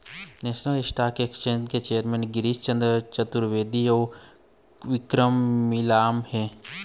national stock exchange के chairman Girish Chandra Chaturvedi अउ विक्रम लिमाय हे